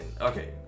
okay